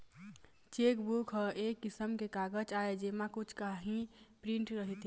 chequebook ह एक किसम के कागज आय जेमा कुछ काही प्रिंट रहिथे